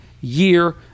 year